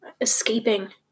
escaping